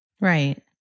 Right